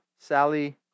Sally